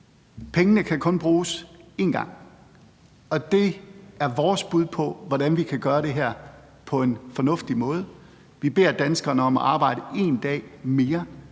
Pengene kan kun bruges én gang, og det er vores bud på, hvordan vi kan gøre det her på en fornuftig måde. Vi beder danskerne om at arbejde en dag mere,